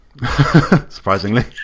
surprisingly